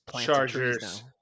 chargers